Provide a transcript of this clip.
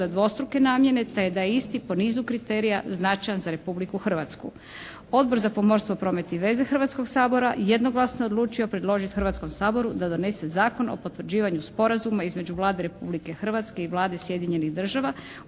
dvostruke namjene te da je isti po nizu kriterija značajan za Republiku Hrvatsku. Odbor za pomorstvo, promet i veze Hrvatskog sabora jednoglasno je odlučio predložiti Hrvatskom saboru da donese Zakon o potvrđivanju sporazuma između Vlade Republike Hrvatske i Vlade Sjedinjenih Država